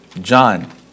John